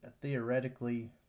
theoretically